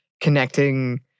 connecting